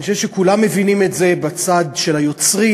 אני חושב שכולם מבינים את זה, בצד של היוצרים,